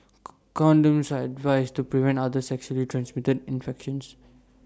condoms are advised to prevent other sexually transmitted infections